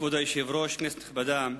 כבוד היושב-ראש, כנסת נכבדה,